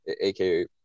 aka